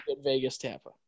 Vegas-Tampa